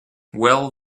well